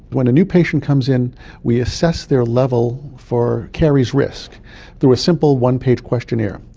when a new patient comes in we assess their level for caries risk through a simple one-page questionnaire.